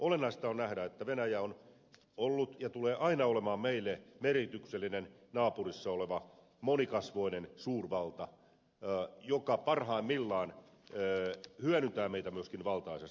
olennaista on nähdä että venäjä on ollut ja tulee aina olemaan meille merkityksellinen naapurissa oleva monikasvoinen suurvalta joka parhaimmillaan hyödyntää meitä myöskin valtaisasti